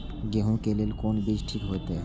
गेहूं के लेल कोन बीज ठीक होते?